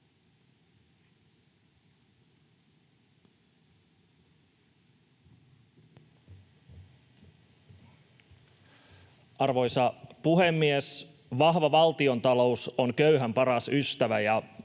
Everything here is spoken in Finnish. Arvoisa puhemies! Vahva valtiontalous on köyhän paras ystävä,